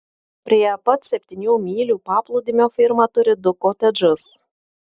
prie pat septynių mylių paplūdimio firma turi du kotedžus